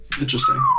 interesting